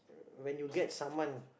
uh when you get saman